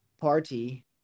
Party